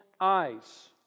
eyes